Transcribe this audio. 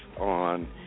on